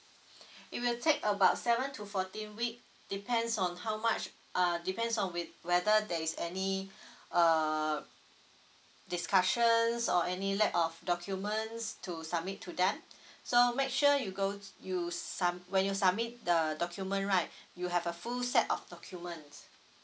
it will take about seven to fourteen week depends on how much uh depends on with whether there is any uh discussions or any lack of documents to submit to them so make sure you go you sub~ when you submit the document right you have a full set of documents